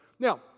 Now